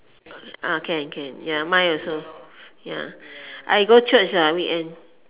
ah can can ya mine also ya I go church ah weekend